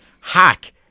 Hack